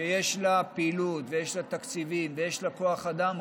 שיש לה פעילות, יש לה תקציבים ויש לה כוח אדם.